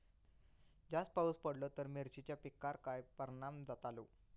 जास्त पाऊस पडलो तर मिरचीच्या पिकार काय परणाम जतालो?